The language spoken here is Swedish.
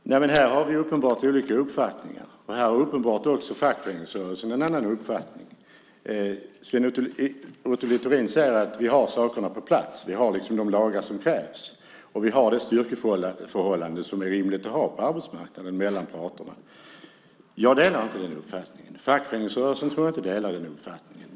Herr talman! Här har vi uppenbart olika uppfattning, och uppenbart har även fackföreningsrörelsen en annan uppfattning i denna fråga. Sven Otto Littorin säger att vi har sakerna på plats, att vi har de lagar som krävs och det styrkeförhållande som är rimligt att ha mellan parterna på arbetsmarknaden. Jag delar inte den uppfattningen. Fackföreningsrörelsen tror jag inte heller delar den uppfattningen.